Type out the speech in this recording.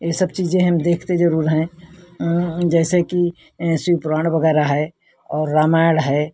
ये सब चीज़ें हम देखते ज़रूर हैं जैसे कि शिव पुराण वगैरह है और रामायण है